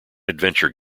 adventure